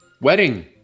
Wedding